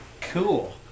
Cool